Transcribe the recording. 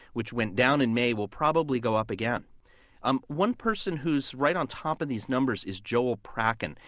which went down in may, will probably go up again um one person who's right on top of these numbers is joel prakken.